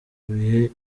bihe